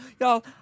Y'all